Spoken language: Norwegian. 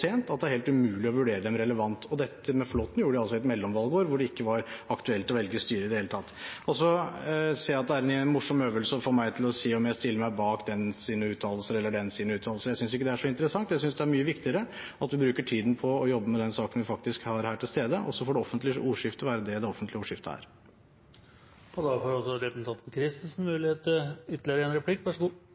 sent at det er helt umulig å vurdere dem på en relevant måte. Dette med Flåthen gjorde de altså i et mellomvalgår, da det ikke var aktuelt å velge styre i det hele tatt. Jeg ser at det er en morsom øvelse å få meg til å si om jeg stiller meg bak den eller den sine uttalelser. Jeg synes ikke det er så interessant. Jeg synes det er mye viktigere at vi bruker tiden på å jobbe med den saken vi faktisk har her, og så får det offentlige ordskiftet være det det offentlige ordskiftet er. Representanten Christensen får muligheten til ytterligere én replikk. No har Anundsen vore innom veldig mange andre saker i sitt innlegg, så